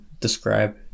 describe